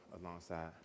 alongside